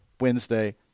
Wednesday